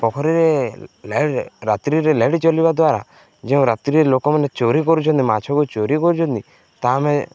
ପୋଖରୀରେ ରାତ୍ରିରେ ଲାଇଟ୍ ଜଳାଇବା ଦ୍ୱାରା ଯେଉଁ ରାତ୍ରରେ ଲୋକମାନେ ଚୋରି କରୁଛନ୍ତି ମାଛକୁ ଚୋରି କରୁଛନ୍ତି ତାହା ଆମେ